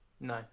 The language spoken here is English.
No